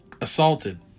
assaulted